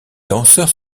danseurs